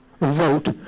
vote